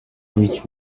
rich